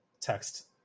text